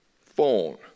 phone